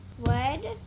red